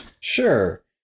Sure